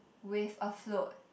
with a float